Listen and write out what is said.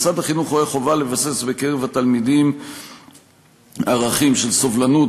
משרד החינוך רואה חובה לבסס בקרב התלמידים ערכים של סובלנות,